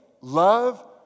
love